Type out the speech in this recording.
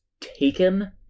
taken